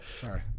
Sorry